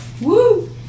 Woo